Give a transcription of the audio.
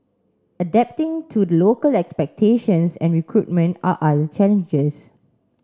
adapting to the local expectations and recruitment are other challenges